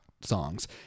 songs